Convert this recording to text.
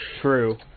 True